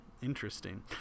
Interesting